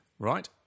Right